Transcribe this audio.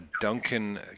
Duncan